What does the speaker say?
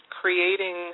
creating